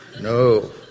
No